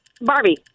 Barbie